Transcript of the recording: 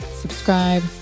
subscribe